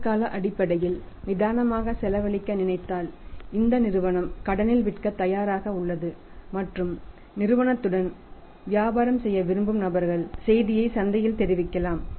நீண்ட கால அடிப்படையில் நிதானமாக செலவழிக்க நினைத்தால் இந்த நிறுவனம் கடனில் விற்கத் தயாராக உள்ளது மற்றும் நிறுவனத்துடன் வியாபாரம் செய்ய விரும்பும் நபர்கள் செய்தியை சந்தையில் தெரிவிக்கலாம்